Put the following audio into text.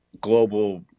global